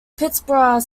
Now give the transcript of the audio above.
pittsburgh